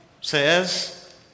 says